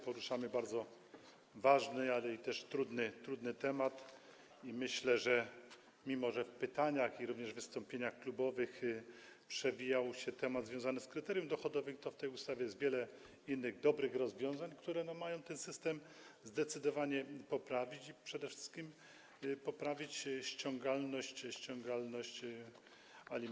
Poruszamy bardzo ważny, ale i trudny temat, i myślę, że mimo że w pytaniach i wystąpieniach klubowych przewijał się temat związany z kryterium dochodowym, to w tej ustawie jest wiele innych dobrych rozwiązań, które mają ten system zdecydowanie poprawić, a przede wszystkim poprawić ściągalność alimentów.